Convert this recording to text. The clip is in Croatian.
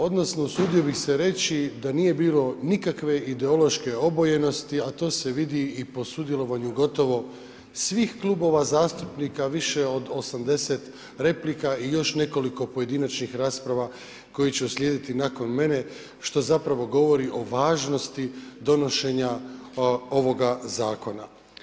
Odnosno usudio bih se reći da nije bilo nikakve ideološke obojenosti, a to se vidi i po sudjelovanju gotovo svih klubova zastupnika više od 80 replika i još nekoliko pojedinačnih rasprava koji će uslijediti nakon mene što zapravo govori o važnosti donošenja ovoga zakona.